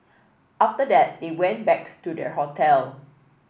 after that they went back to their hotel